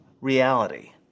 reality